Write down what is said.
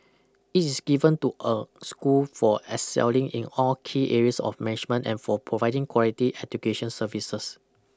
it is given to a school for excelling in all key areas of management and for providing quality education services